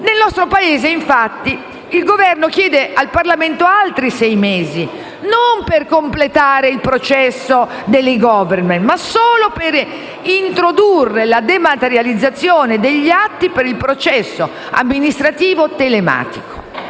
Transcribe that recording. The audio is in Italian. Nel nostro Paese, invece, il Governo chiede al Parlamento altri sei mesi, non per completare l'intero processo dell'*e-government*, ma solo per introdurre la dematerializzazione degli atti per il processo amministrativo telematico.